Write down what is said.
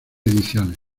ediciones